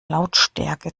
lautstärke